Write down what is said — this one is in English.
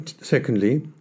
Secondly